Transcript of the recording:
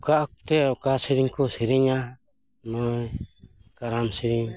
ᱚᱠᱟ ᱚᱠᱛᱮ ᱚᱠᱟ ᱥᱮᱨᱮᱧ ᱠᱚ ᱥᱮᱨᱮᱧᱟ ᱱᱚᱜᱼᱚᱭ ᱠᱟᱨᱟᱢ ᱥᱮᱨᱮᱧ